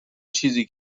چیزی